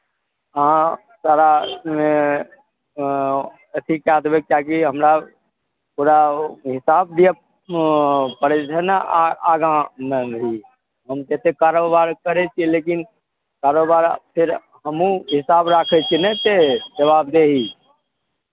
अहाँ सारा अथी कए देबै किएकि हमरा पूरा हिसाब दिअ पड़ै छै ने आ आगाँमे भी हम तऽ एतेक कारोबार करै छियै लेकिन कारोबार फेर हमहूँ हिसाब राखै छियै ने एतेक जवाबदेही